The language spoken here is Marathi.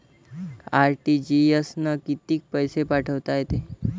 आर.टी.जी.एस न कितीक पैसे पाठवता येते?